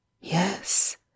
Yes